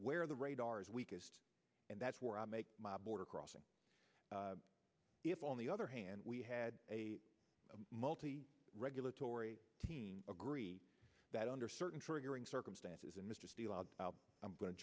where the radar is weakest and that's where i make my border crossing on the other hand we had a multi regulatory team agree that under certain triggering circumstances and mister i'm going to